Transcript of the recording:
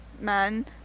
man